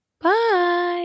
Bye